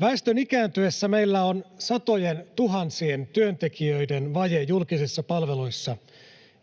Väestön ikääntyessä meillä on satojentuhansien työntekijöiden vaje julkisissa palveluissa,